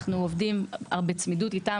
אנחנו עובדים בשיתוף איתם,